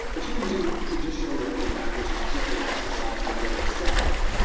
but you can do traditional neurofeedback, which is gently exercising the brain itself,